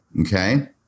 Okay